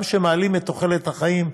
גם כשמעלים את תוחלת החיים,